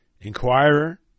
Inquirer